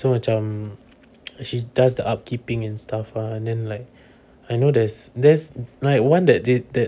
so macam she does the upkeeping and stuff ah and then like I know there's there's like one that they that